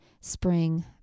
spring